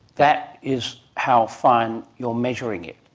that is how fine you are measuring it,